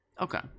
Okay